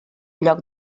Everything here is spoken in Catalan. lloc